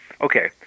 okay